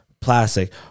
Plastic